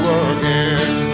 again